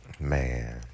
Man